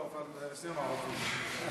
אבל שנינו ערבים.